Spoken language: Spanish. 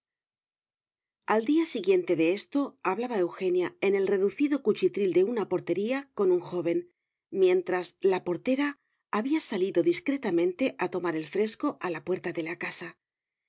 al día siguiente de esto hablaba eugenia en el reducido cuchitril de una portería con un joven mientras la portera había salido discretamente a tomar el fresco a la puerta de la casa